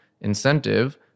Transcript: incentive